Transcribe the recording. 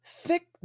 Thick